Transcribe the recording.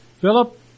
Philip